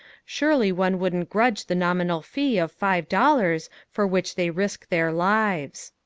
surely one wouldn't grudge the nominal fee of five dollars for which they risk their lives.